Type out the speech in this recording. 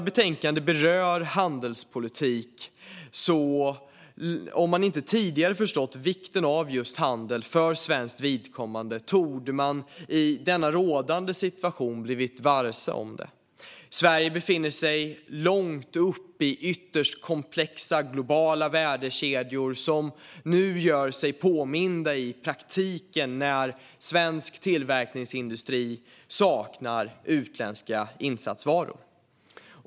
Betänkandet berör handelspolitik. Om man inte tidigare har förstått vikten av just handel för svenskt vidkommande torde man i denna rådande situation ha blivit varse detta. Sverige befinner sig långt upp i ytterst komplexa globala värdekedjor som nu gör sig påminda i praktiken när svensk tillverkningsindustri saknar utländska insatsvaror.